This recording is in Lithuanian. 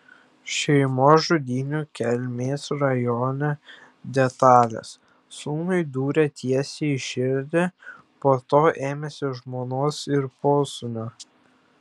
šeimos žudynių kelmės rajone detalės sūnui dūrė tiesiai į širdį po to ėmėsi žmonos ir posūnio